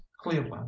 cleveland